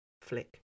Flick